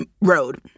road